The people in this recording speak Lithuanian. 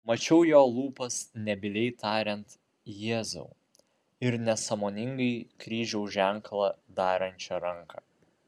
mačiau jo lūpas nebyliai tariant jėzau ir nesąmoningai kryžiaus ženklą darančią ranką